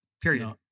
Period